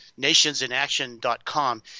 nationsinaction.com